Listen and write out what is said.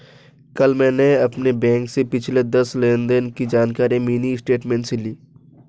कल मैंने अपने बैंक से पिछले दस लेनदेन की जानकारी मिनी स्टेटमेंट से ली